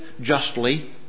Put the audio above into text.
justly